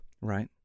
Right